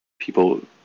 People